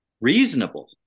reasonable